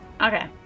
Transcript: Okay